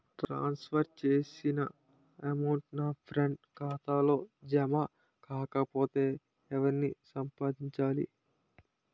ట్రాన్స్ for చేసిన amount నా friend ఖాతాలో జమ కాకపొతే ఎవరిని సంప్రదించాలి?